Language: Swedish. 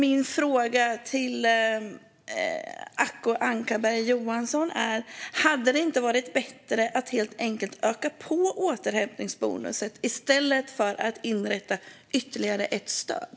Min fråga till Acko Ankarberg Johansson är: Hade det inte varit bättre att helt enkelt öka på återhämtningsbonusen i stället för att inrätta ytterligare ett stöd?